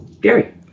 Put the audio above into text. Gary